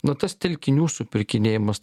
nu tas telkinių supirkinėjimas